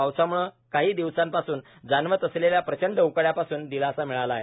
पावसाम्ळे काही दिवसांपासून जाणवत असलेल्या प्रचंड उकड्या पासून दिलासा मिळाला आहे